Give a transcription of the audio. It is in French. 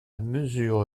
mesure